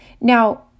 Now